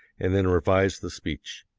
and then revise the speech.